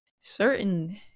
certain